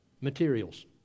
materials